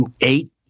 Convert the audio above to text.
eight